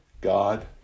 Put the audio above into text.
God